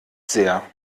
sehr